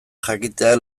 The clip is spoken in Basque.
jakiteak